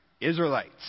Israelites